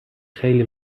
خیلی